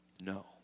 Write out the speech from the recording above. No